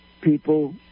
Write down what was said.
people